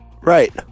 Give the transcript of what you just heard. Right